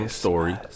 story